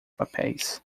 papéis